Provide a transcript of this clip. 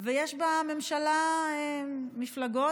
ויש בממשלה מפלגות,